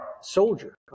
soldier